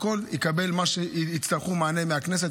הכול יקבל, מה שיצטרכו, מענה מהכנסת.